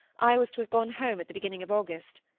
i was to have gone home at the beginning of august.